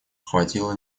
хватило